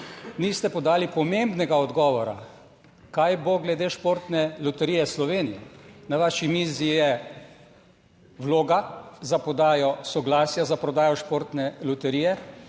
Niste podali pomembnega odgovora kaj bo glede Športne loterije Slovenije. Na vaši mizi je vloga za podajo soglasja za prodajo športne loterije